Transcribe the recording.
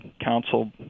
council